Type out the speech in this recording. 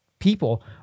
People